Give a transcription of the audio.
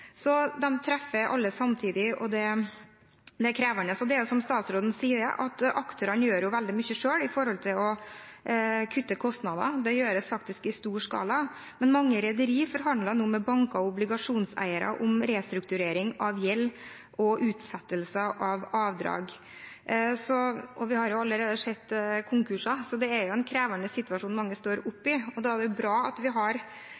samtidig, og det er krevende. Det er som statsråden sier: Aktørene selv gjør veldig mye for å kutte kostnader. Det gjøres faktisk i stor skala. Men mange rederier forhandler nå med banker og obligasjonseiere om restrukturering av gjeld og utsettelse av avdrag. Vi har allerede sett konkurser, så det er en krevende situasjon mange står oppi. Da er det bra at vi har